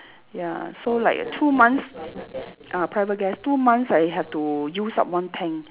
ya so like two months ah private gas two months I have to use up one tank